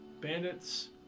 bandits